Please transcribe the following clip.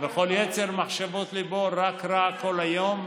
וכל יצר מחשבֹת לבו רק רע כל היום.